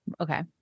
Okay